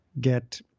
get